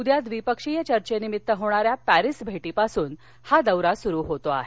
उद्या द्विपक्षीय चर्चेनिमित्त होणाऱ्या परिस भेटीपासून हा दौरा सुरू होतो आहे